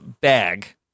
bag